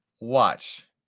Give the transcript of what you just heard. Watch